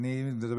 אדוני היושב-ראש,